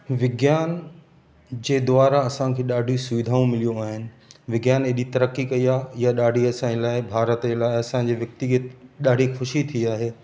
विज्ञान जे द्वारा असांखे ॾाढी सुविधाऊं मिलियूं आहिनि विज्ञान एॾी तरक़ी कई आहे इहा ॾाढी असांजे लाइ भारत जे लाइ असांजे व्यक्तिगत ॾाढी ख़ुशी थी आहे